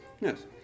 Yes